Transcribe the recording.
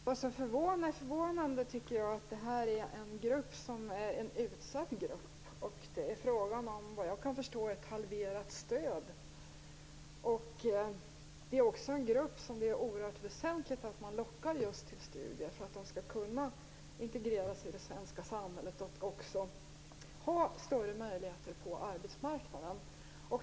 Herr talman! Det som är förvånande är att det är fråga om en utsatt grupp. Vad jag kan förstå är det fråga om en halvering av stödet. Det är också en grupp som det är oerhört väsentligt att locka till studier för att de skall kunna integrera sig i det svenska samhället och få större möjligheter på arbetsmarknaden.